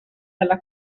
dalla